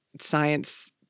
science